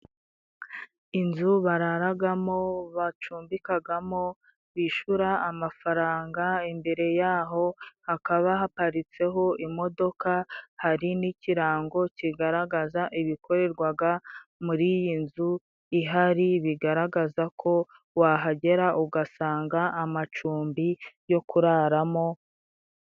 Inzu bararagamo bacumbikagamo bishura amafaranga ,imbere y'aho hakaba haparitseho imodoka hari n' ikirango kigaragaza ibikorerwaga muri iyi nzu ihari, bigaragaza ko wahagera ugasanga amacumbi yo kuraramo.